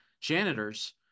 janitors